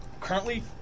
currently